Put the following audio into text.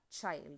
Child